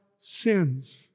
sins